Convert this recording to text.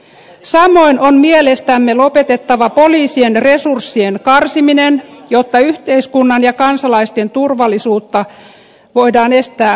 samoin on mielestämme lopetettava poliisien resurssien karsiminen jotta yhteiskunnan ja kansalaisten turvallisuutta voidaan estää huononemasta